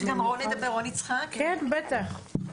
שלום.